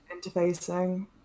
interfacing